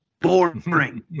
boring